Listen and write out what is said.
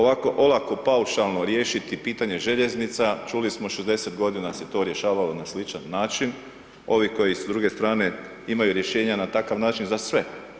Ovako olako, paušalno riješiti pitanje željeznica, čuli smo, 60 godina se to rješavalo na sličan način, ovi koji s druge strane imaju rješenja na takav način za sve.